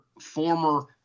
former